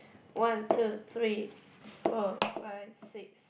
one two three four five six